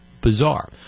bizarre